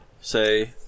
say